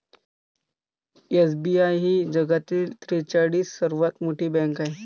SBI ही जगातील त्रेचाळीस सर्वात मोठी बँक आहे